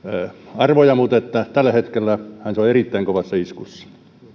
arvoja mutta tällä hetkellähän se on erittäin kovassa iskussa